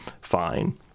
fine